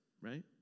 right